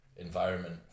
environment